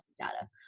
data